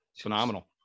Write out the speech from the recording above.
phenomenal